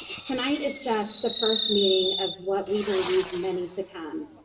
tonight is just the first meeting of what we believe many to come.